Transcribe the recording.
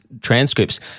transcripts